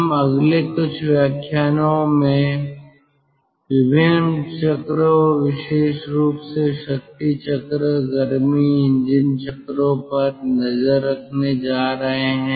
हम अगले कुछ व्याख्यानों में विभिन्न चक्रों विशेष रूप से शक्ति चक्र गर्मी इंजन चक्रो पर नज़र रखने जा रहे हैं